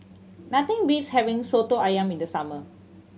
nothing beats having Soto Ayam in the summer